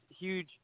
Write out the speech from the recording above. huge